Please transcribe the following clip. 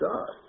God